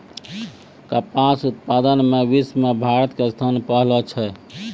कपास उत्पादन मॅ विश्व मॅ भारत के स्थान पहलो छै